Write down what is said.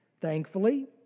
Thankfully